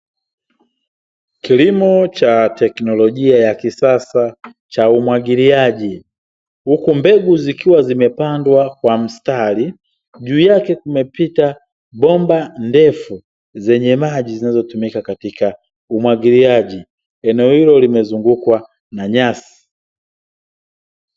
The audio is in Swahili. Kilimo cha teknolojia ya kisasa cha umwagiliaji. Huku mbegu zikiwa zimepandwa kwa mstari, juu yake kumepita bomba ndefu, zenye maji zinazotumika katika umwagiliaji. Eneo hilo limezungukwa na nyasi.